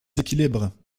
équilibres